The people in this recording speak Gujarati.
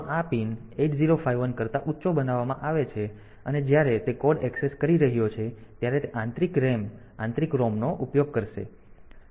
તેથી જો આ પિન 8051 કરતા ઊંચો બનાવવામાં આવે છે અને જ્યારે તે કોડ એક્સેસ કરી રહ્યો છે ત્યારે તે આંતરિક RAM આંતરિક ROM નો ઉપયોગ કરશે અને આપણને આ મળ્યું છે